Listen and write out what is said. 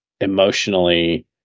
emotionally